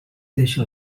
deixa